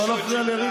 לא להפריע ליריב